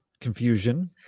confusion